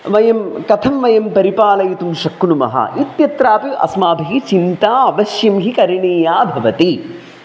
वयं कथं वयं परिपालयितुं शक्नुमः इत्यत्रापि अस्माभिः चिन्ता अवश्यं हि करणीया भवति